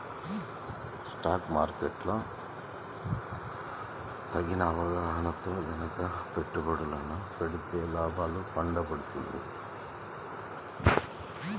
stock market లో తగిన అవగాహనతో గనక పెట్టుబడులను పెడితే లాభాల పండ పండుతుంది